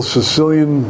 Sicilian